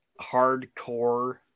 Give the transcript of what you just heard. Hardcore